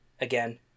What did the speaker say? again